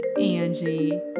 angie